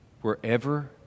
wherever